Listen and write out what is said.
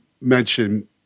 mention